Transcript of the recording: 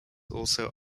also